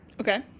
Okay